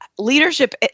Leadership